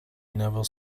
never